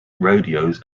rodeos